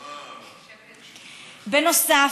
בנוסף,